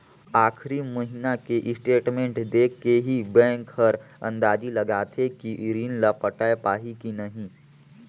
आखरी महिना के स्टेटमेंट देख के ही बैंक हर अंदाजी लगाथे कि रीन ल पटाय पाही की नही